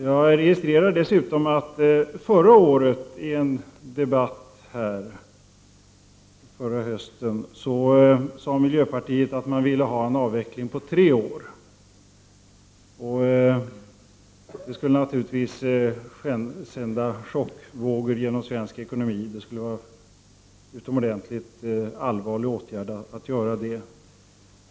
Jag registrerar dessutom att man från miljöpartiet i en debatt här förra hösten sade att man ville ha en avveckling på tre år. Men det skulle naturligtvis förorsaka chockvågor genom svensk ekonomi och vara en utomordentligt allvarlig åtgärd.